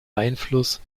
einfluss